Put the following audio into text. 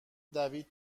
دوید